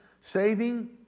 Saving